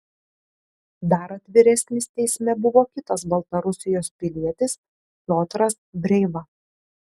dar atviresnis teisme buvo kitas baltarusijos pilietis piotras breiva